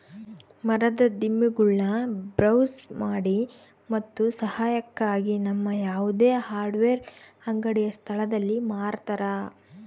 ಮರದ ದಿಮ್ಮಿಗುಳ್ನ ಬ್ರೌಸ್ ಮಾಡಿ ಮತ್ತು ಸಹಾಯಕ್ಕಾಗಿ ನಮ್ಮ ಯಾವುದೇ ಹಾರ್ಡ್ವೇರ್ ಅಂಗಡಿಯ ಸ್ಥಳದಲ್ಲಿ ಮಾರತರ